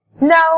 No